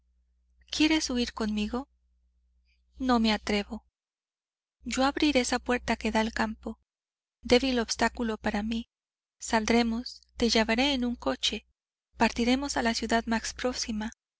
quieres huir conmigo no me atrevo yo abriré esa puerta que da al campo débil obstáculo para mí saldremos te llevaré en un coche partiremos a la ciudad más próxima